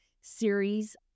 series